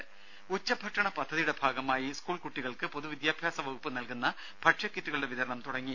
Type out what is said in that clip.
ദേദ ഉച്ചഭക്ഷണ പദ്ധതിയുടെ ഭാഗമായി സ്കൂൾ കുട്ടികൾക്ക് പൊതു വിദ്യാഭ്യാസ വകുപ്പ് നൽകുന്ന ഭക്ഷ്യകിറ്റുകളുടെ വിതരണം തുടങ്ങി